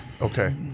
Okay